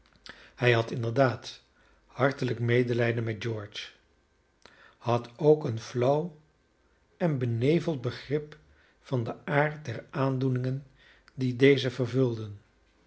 hij had inderdaad hartelijk medelijden met george had ook een flauw en beneveld begrip van den aard der aandoeningen die dezen vervulden